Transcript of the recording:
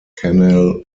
canal